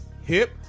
hip